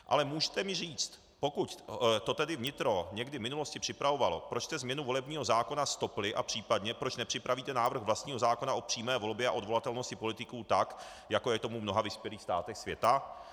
Ale můžete mi říct, pokud to tedy vnitro někdy v minulosti připravovalo, proč jste změnu volebního zákona stopli a případně proč nepřipravíte návrh vlastního zákona o přímé volbě a odvolatelnosti politiků, tak jako je tomu v mnoha vyspělých státech světa?